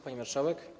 Pani Marszałek!